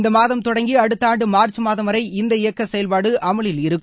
இந்த மாதம் தொடங்கி அடுத்த ஆண்டு மார்ச் மாதம் வரை இந்த இயக்க செயல்படு அமலில் இருக்கும்